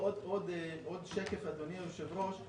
עוד שקף, אדוני היושב ראש,